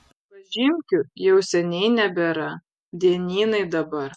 pažymkių jau seniai nebėra dienynai dabar